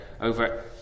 over